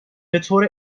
بطور